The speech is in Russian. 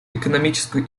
экономическую